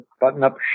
button-up